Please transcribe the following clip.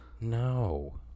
no